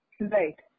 Right